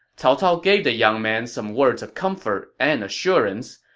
cao cao gave the young man some words of comfort and assurance,